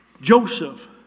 Joseph